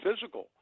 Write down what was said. physical